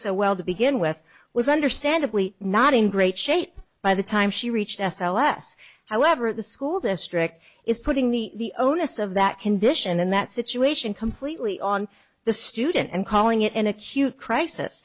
so well to begin with was understandably not in great shape by the time she reached s l s however the school district is putting the onus of that condition in that situation completely on the student and calling it an acute crisis